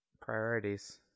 Priorities